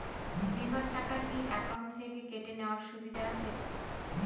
বিমার টাকা কি অ্যাকাউন্ট থেকে কেটে নেওয়ার সুবিধা আছে?